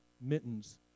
Mittens